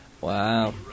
Wow